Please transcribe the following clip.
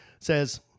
Says